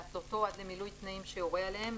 להתלותו עד למילוי תנאים שיורה עליהם,